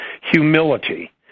humility